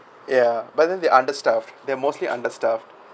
ya but then they understaffed they're mostly understaffed